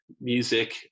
music